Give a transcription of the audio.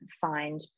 find